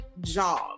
job